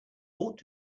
ought